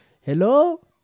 Hello